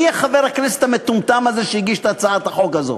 מי חבר הכנסת המטומטם הזה שהגיש את הצעת החוק הזאת?